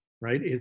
right